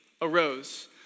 arose